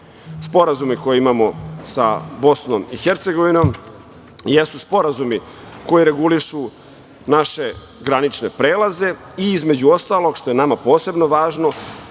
obaveze. Sporazume koje imamo sa Bosnom i Hercegovinom jesu sporazumi koji regulišu naše granične prelaze i, između ostalog, što je nama posebno važno,